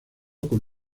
con